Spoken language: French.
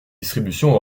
distributions